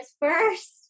first